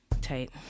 Tight